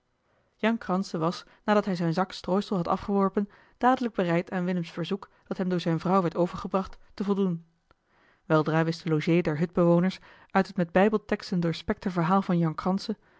an jan kranse was nadat hij zijn zak strooisel had afgeworpen dadelijk bereid aan willems verzoek dat hem door zijne vrouw werd overgebracht te voldoen weldra wist de logé der hutbewoners uit het met bijbelteksten doorspekte verhaal van jan